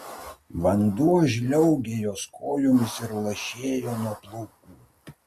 vanduo žliaugė jos kojomis ir lašėjo nuo plaukų